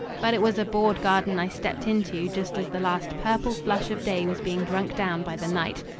but it was a bored garden i stepped into just as the last purple flush of day was being drunk down by the night.